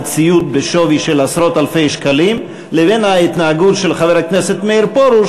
ציוד בשווי של עשרות אלפי שקלים לבין ההתנהגות של חבר הכנסת מאיר פרוש,